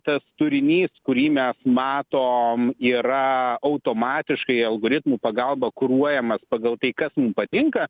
tas turinys kurį mes matom yra automatiškai algoritmų pagalba kuruojamas pagal tai kad mum patinka